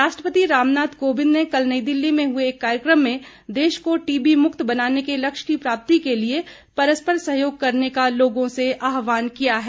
राष्ट्रपति रामनाथ कोविंद ने कल नई दिल्ली में हुए एक कार्यक्रम में देश को टीबी मुक्त बनाने के लक्ष्य की प्राप्ति के लिए परस्पर सहयोग करने का लोगों से आहवान किया है